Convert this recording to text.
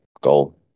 goal